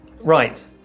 Right